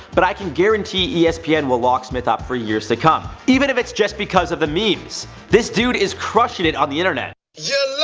but i can guarantee espn will lock smith up for years to come. even if it's just because of the meme's this dude is crushing it on the internet. yeah